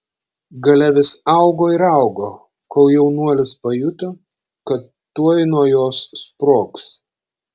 galia vis augo ir augo kol jaunuolis pajuto kad tuoj nuo jos sprogs